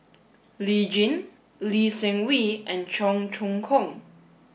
Lee Tjin Lee Seng Wee and Cheong Choong Kong